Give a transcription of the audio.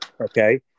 okay